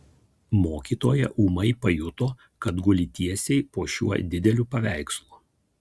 mokytoja ūmai pajuto kad guli tiesiai po šiuo dideliu paveikslu